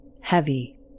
heavy